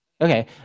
Okay